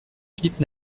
philippe